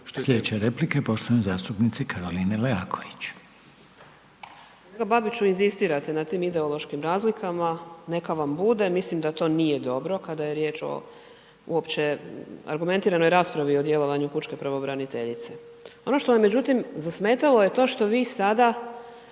Sljedeća replika je poštovane zastupnice Karoline Leaković. **Leaković, Karolina (SDP)** Kolega Babiću, inzistirate na tim ideološkim razlikama, neka vam bude, mislim da to nije dobro kada je riječ o uopće argumentiranoj raspravi o djelovanju pučke pravobraniteljice. Ono što me međutim, zasmetalo je to što vi sada